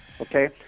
Okay